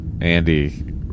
andy